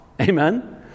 Amen